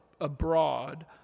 abroad